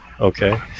Okay